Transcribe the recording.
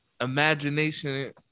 imagination